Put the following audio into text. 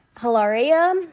Hilaria